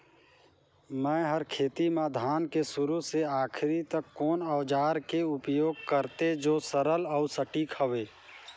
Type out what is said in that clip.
मै हर खेती म धान के शुरू से आखिरी तक कोन औजार के उपयोग करते जो सरल अउ सटीक हवे?